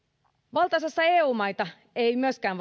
valtaosassa eu maita ei myöskään